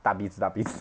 大鼻子大鼻子